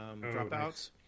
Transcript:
dropouts